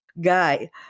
guy